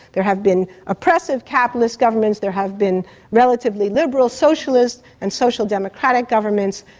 there have been oppressive capitalist governments. there have been relatively liberal socialist and social democratic governments.